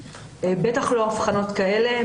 בטח לא הבחנות כאלה,